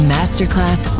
Masterclass